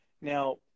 Now